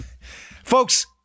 folks